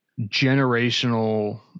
generational